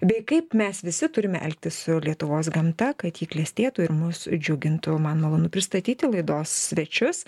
bei kaip mes visi turime elgtis su lietuvos gamta kad ji klestėtų ir mus džiugintų man malonu pristatyti laidos svečius